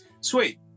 Sweet